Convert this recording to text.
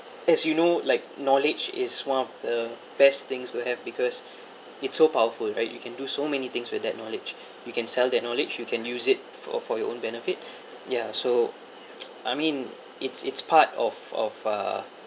as you know like knowledge is one of the best things you have because it's so powerful right you can do so many things with that knowledge you can sell that knowledge you can use it for for your own benefit ya so I mean it's it's part of of uh